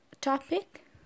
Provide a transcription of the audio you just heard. topic